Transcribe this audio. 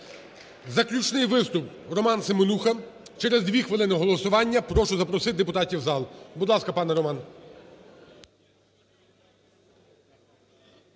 Заключний виступ, РоманСеменуха. Через 2 хвилини голосування. Прошу запросити депутатів в зал. Будь ласка, пане Роман.